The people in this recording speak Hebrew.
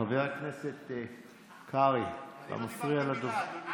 חבר הכנסת קרעי, אתה מפריע לדובר.